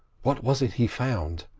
what was it he found?